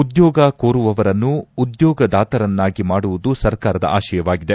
ಉದ್ಯೋಗ ಕೋರುವವರನ್ನು ಉದ್ಯೋಗದಾತರನ್ನಾಗಿ ಮಾಡುವುದು ಸರ್ಕಾರದ ಆಶಯವಾಗಿದೆ